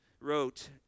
wrote